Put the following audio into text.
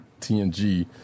TNG